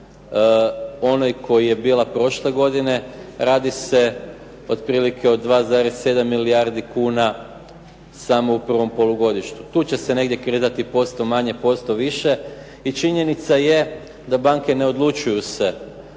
onoj koja je bila prošle godine. Radi se otprilike o 2,7 milijardi kuna samo u prvom polugodištu. Tu će se negdje kretati posto manje, posto više i činjenica je da banke ne odlučuju se